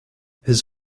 his